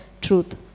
truth